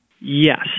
Yes